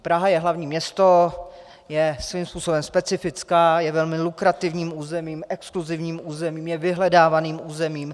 Praha je hlavní město, je svým způsobem specifická, je velmi lukrativním územím, exkluzivním územím, je vyhledávaným územím.